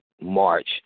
march